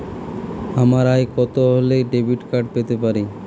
আমার আয় কত হলে ডেবিট কার্ড পেতে পারি?